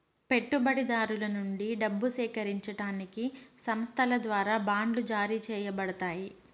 పెట్టుబడిదారుల నుండి డబ్బు సేకరించడానికి సంస్థల ద్వారా బాండ్లు జారీ చేయబడతాయి